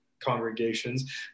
congregations